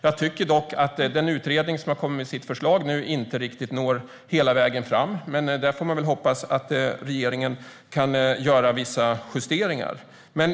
Jag tycker dock att den utredning som nu har kommit med sitt förslag inte riktigt når hela vägen fram. Men vi får hoppas att regeringen kan göra vissa justeringar.